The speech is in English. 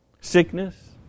Sickness